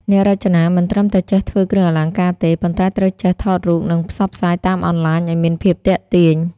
អ្នករចនាមិនត្រឹមតែចេះធ្វើគ្រឿងអលង្ការទេ ប៉ុន្តែត្រូវចេះថតរូប និងផ្សព្វផ្សាយតាមអនឡាញឱ្យមានភាពទាក់ទាញ។